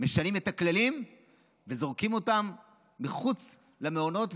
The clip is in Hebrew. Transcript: משנים את הכללים וזורקים אותם מחוץ למעונות,